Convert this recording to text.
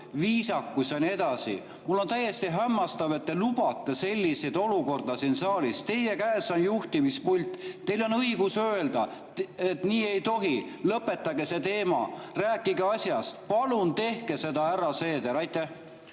viisakus ja nii edasi. Täiesti hämmastav, et te lubate sellist olukorda siin saalis. Teie käes on juhtimispult, teil on õigus öelda, et nii ei tohi, lõpetage see teema, rääkige asjast. Palun tehke seda, härra Seeder! Aitäh!